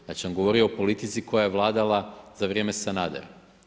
Znači govori o politici koja je vladala za vrijeme Sanadera.